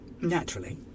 naturally